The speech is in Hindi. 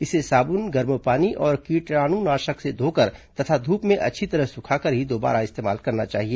इसे साबुन गर्म पानी और कीटाणुनाशक से धोकर तथा धूप में अच्छी तरह सूखाकर ही दोबारा इस्तेमाल करना चाहिए